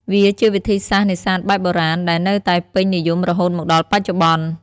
វាជាវិធីសាស្រ្តនេសាទបែបបុរាណ ដែលនៅតែពេញនិយមរហូតមកដល់បច្ចុប្បន្ន។